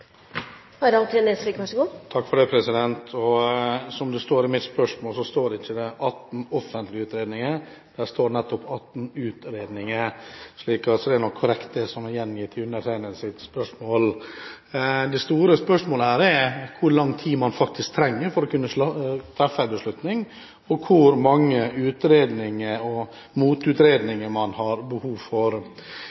mitt spørsmål står det ikke om 18 offentlige utredninger. Det står nettopp om 18 utredninger, så det som er gjengitt i undertegnedes spørsmål, er nok korrekt. Det store spørsmålet er hvor lang tid man faktisk trenger for å kunne treffe en beslutning, og hvor mange utredninger og